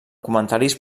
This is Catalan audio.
comentaris